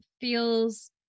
feels